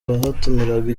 bahataniraga